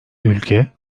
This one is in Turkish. ülke